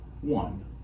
one